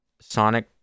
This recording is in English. Sonic